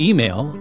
Email